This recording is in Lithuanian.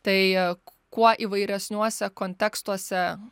tai kuo įvairesniuose kontekstuose